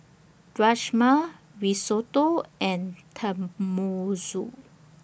Rajma Risotto and Tenmusu